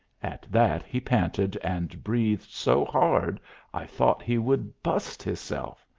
at that he panted and breathed so hard i thought he would bust hisself.